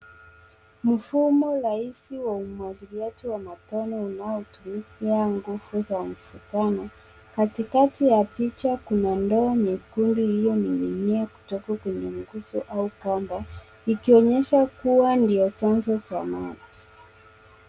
Mfumo rahisi wa umwagiliaji wa matone unaotumika nguvu za mvutano. Katikati ya picha kuna ndoo nyekundu iliyo nginginia kutoka kwenye nguzo au kamba ikionyesha kuwa ndo chanzo cha maji.